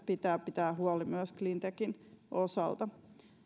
pitää pitää huoli myös cleantechin osalta